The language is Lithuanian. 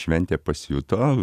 šventė pasijuto